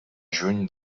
juny